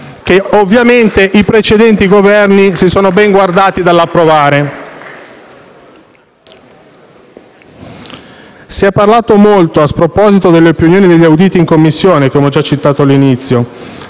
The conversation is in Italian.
che ovviamente i precedenti Governi si sono ben guardati dall'approvare. *(Applausi dal Gruppo M5S)*. Si è parlato molto e a sproposito delle opinioni degli auditi in Commissione, come ho già citato all'inizio.